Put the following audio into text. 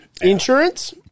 Insurance